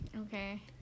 okay